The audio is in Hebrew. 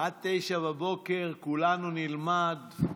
עד 09:00 כולנו נלמד.